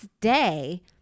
day